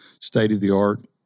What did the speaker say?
state-of-the-art